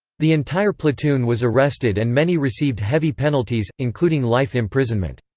the entire platoon was arrested and many received heavy penalties, including life imprisonment.